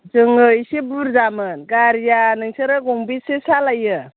जोङो एसे बुरजामोन गारिया नोंसोरो गंबेसे सालायो